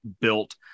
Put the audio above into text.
built